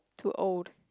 too old